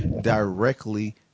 directly